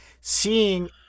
seeing